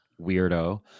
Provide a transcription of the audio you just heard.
Weirdo